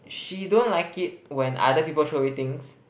she don't like it when other people throw away things